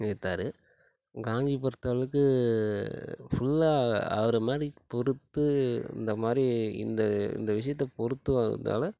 ஏத்தார் காந்தியை பொருத்தளவுக்கு ஃபுல்லா அவரை மாதிரி பொறுத்து இந்த மாதிரி இந்த இந்த விஷயத்த பொறுத்து வந்ததால்